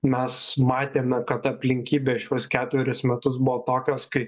mes matėme kad aplinkybės šiuos keturis metus buvo tokios kai